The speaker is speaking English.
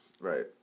Right